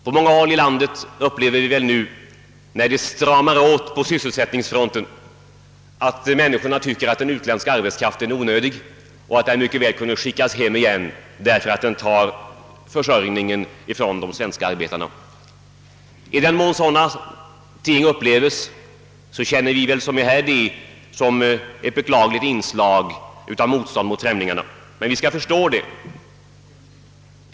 På en del håll i landet kan vi nu, när läget på sysselsättningsfronten stramats åt, märka att människor tycker att den utländska arbetskraften är onödig att ha kvar och att den mycket väl kunde skickas hem igen, så att den inte tar bort försörjningen för de svenska arbetarna. I den mån vi upplever detta känner vi som sitter här väl detta som ett beklagligt inslag av motstånd mot främlingarna, men vi måste försöka förstå denna inställning.